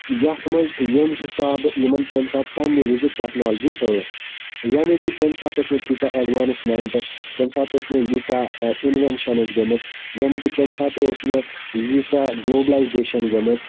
یتھ مَنٛز ییٚمہِ حِسابہٕ یِمَن تمہِ ساتہٕ پَننہِ وِزِ ٹیٚکنالجی ٲسۍ یعنے کہِ تمہ ساتہٕ ٲسۍ نہٕ تیٖژاہ ایٚڈوانسمنٹ تمہِ ساتہٕ ٲس نہٕ ییٖژاہ اِنویٚنشَنز گٔمٕژ یعنے کہِ تمہ ساتہٕ اوس نہٕ ییٖژاہ گلوبلایزیشَن گٔمٕژ